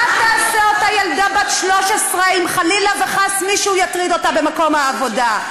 מה תעשה אותה ילדה בת 13 אם חלילה וחס מישהו יטריד אותה במקום העבודה?